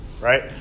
right